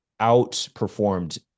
outperformed